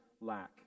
lack